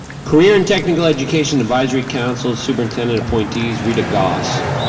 career and technical education advisory council, superintendent appointees, rita goss.